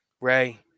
Ray